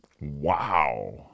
Wow